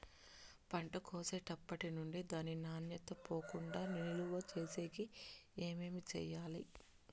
పంట కోసేటప్పటినుండి దాని నాణ్యత పోకుండా నిలువ సేసేకి ఏమేమి చేయాలి?